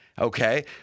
Okay